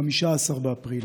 15 באפריל,